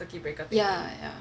ya ya